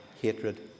hatred